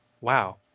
wow